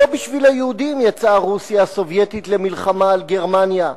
שלא בשביל היהודים יצאה רוסיה הסובייטית למלחמה על גרמניה,